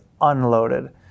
unloaded